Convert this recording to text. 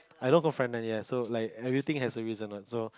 I work for fright night yes so like everything has a reason one so